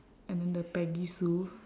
and then the peggy sue